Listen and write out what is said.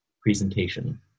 presentation